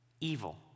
evil